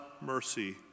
mercy